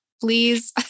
please